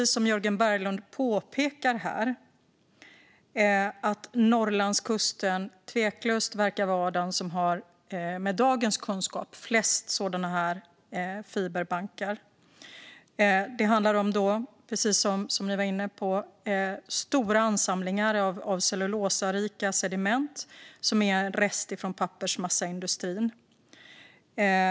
Som Jörgen Berglund påpekar verkar Norrlandskusten, utifrån dagens kunskap, tveklöst ha flest sådana fiberbankar. Det handlar, precis som vi var inne på, om stora ansamlingar av cellulosarika sediment som är en rest från pappersmassaindustrin.